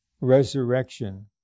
resurrection